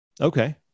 Okay